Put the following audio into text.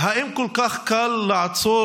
האם כל כך קל לעצור